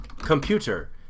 Computer